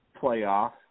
playoff